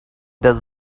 does